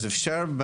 אז אפשר,